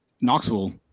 Knoxville